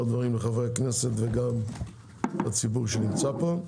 דברים לחברי הכנסת ולציבור שנמצא פה.